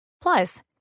Plus